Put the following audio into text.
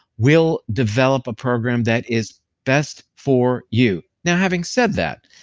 we'll develop a program that is best for you now, having said that.